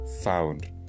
found